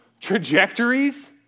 trajectories